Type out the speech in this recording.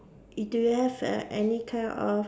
it do you have err any kind of